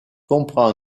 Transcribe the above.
comprend